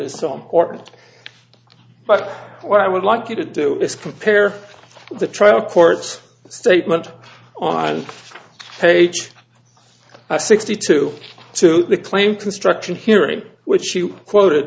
is so important but what i would like you to do is compare the trial court's statement on page sixty two to the claim construction hearing which you quot